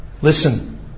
Listen